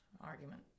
argument